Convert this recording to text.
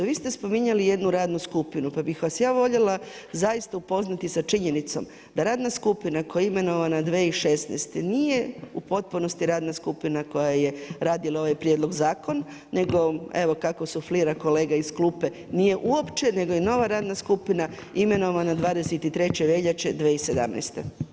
Vi ste spominjali jednu radnu skupinu, pa bih vas ja voljela zaista upoznati sa činjenicom da radna skupina koja je imenovana 2016. nije u potpunosti radna skupina koja je radila ovaj prijedlog zakona, nego evo kako suflira kolega iz klupe, nije uopće, nego je nova radna skupina imenovana 23. veljače 2017.